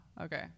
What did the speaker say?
Okay